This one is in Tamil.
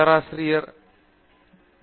பேராசிரியர் வி